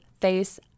face